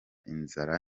inzara